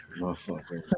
Motherfucker